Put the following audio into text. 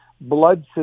blood